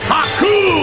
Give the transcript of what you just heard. Haku